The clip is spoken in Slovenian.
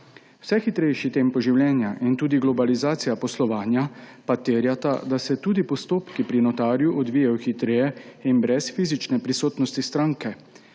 Vse hitrejši tempo življenja in tudi globalizacija poslovanja pa terjata, da se tudi postopki pri notarju odvijajo hitreje in brez fizične prisotnosti stranke.